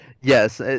Yes